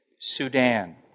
Sudan